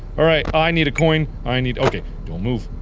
all right i need a coin i need okay don't move